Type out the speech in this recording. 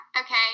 okay